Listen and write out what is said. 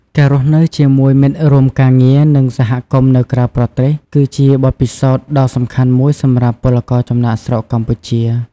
ការរស់នៅជាមួយមិត្តរួមការងារ និងសហគមន៍នៅក្រៅប្រទេស គឺជាបទពិសោធន៍ដ៏សំខាន់មួយសម្រាប់ពលករចំណាកស្រុកកម្ពុជា ។